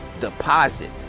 Deposit